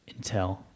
intel